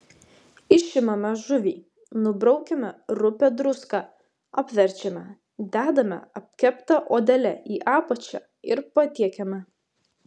išimame žuvį nubraukiame rupią druską apverčiame dedame apkepta odele į apačią ir patiekiame